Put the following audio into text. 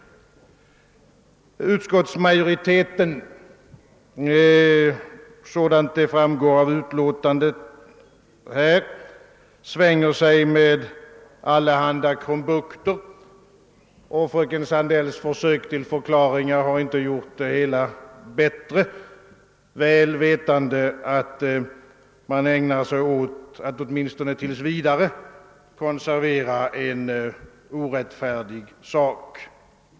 Utskottsmajoriteten svänger sig med allehanda krumbukter — och fröken Sandells försök till förklaringar har inte gjort det hela bättre — väl vetande, att man ägnar sig åt att åtminstone tills vidare konservera en orättfärdig sak.